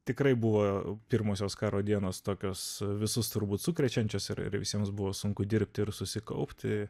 tikrai buvo pirmosios karo dienos tokios visus turbūt sukrečiančios ir ir visiems buvo sunku dirbti ir susikaupti